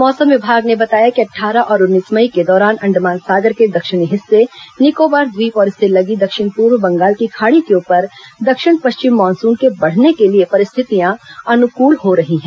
मौसम विभाग ने बताया है कि अट्ठारह और उन्नीस मई के दौरान अंडमान सागर के दक्षिणी हिस्से निकोबार ट्वीप और इससे लगी दक्षिण पूर्व बंगाल की खाड़ी के ऊपर दक्षिण पश्चिम मानसून के बढ़ने के लिए परिस्थितियां अनुकूल हो रही हैं